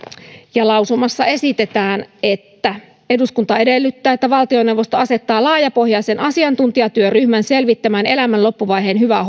ja lausumassa esitetään että eduskunta edellyttää että valtioneuvosto asettaa laajapohjaisen asiantuntijatyöryhmän selvittämään elämän loppuvaiheen hyvää